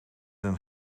een